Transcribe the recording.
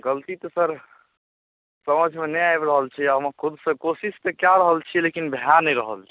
गलती तऽ सर समझमे नहि आबि रहल छै हम खुदसँ कोशिश तऽ कए रहल छियै लेकिन भए नहि रहल छै